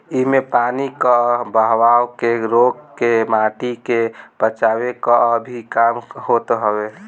इमे पानी कअ बहाव के रोक के माटी के बचावे कअ भी काम होत हवे